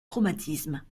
traumatisme